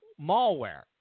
malware